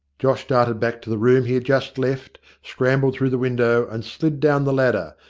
josh darted back to the room he had just left, scrambled through the window, and slid down the ladder,